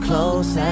Close